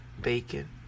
bacon